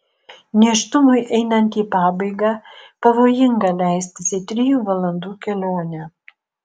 nėštumui einant į pabaigą pavojinga leistis į trijų valandų kelionę